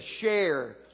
share